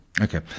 Okay